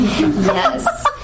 Yes